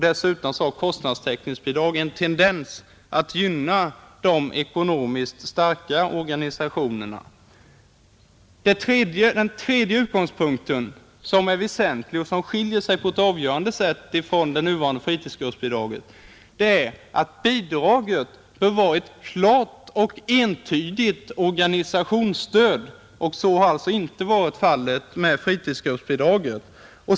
Dessutom har kostnadtäckningsbidrag en tendens att gynna de ekonomiskt starka organisationerna. Den tredje utgångspunkten som är väsentlig och skiljer sig på ett avgörande sätt från det nuvarande fritidsgruppsbidraget är att bidraget bör vara ett klart och entydigt organisationsstöd. Så har alltså inte varit fallet med fritidsgruppsbidraget.